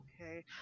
okay